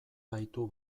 baitu